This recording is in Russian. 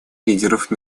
лидеров